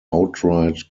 outright